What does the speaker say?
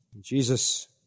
Jesus